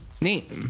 Neat